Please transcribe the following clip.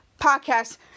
podcast